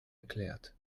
erklärt